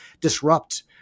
disrupt